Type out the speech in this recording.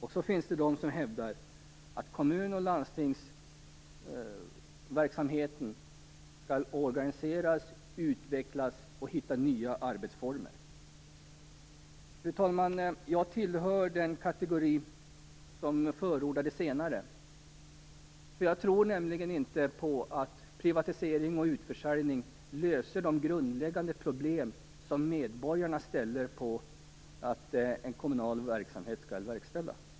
Sedan finns det de som hävdar att kommun och landstingsverksamhet skall utvecklas och hitta nya arbetsformer. Fru talman! Jag tillhör den kategori som förordar det senare. Jag tror nämligen inte att privatisering och utförsäljning löser de grundläggande problem som medborgarnas krav på den kommunala verksamheten innebär.